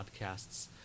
podcasts